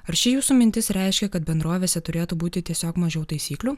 ar ši jūsų mintis reiškia kad bendrovėse turėtų būti tiesiog mažiau taisyklių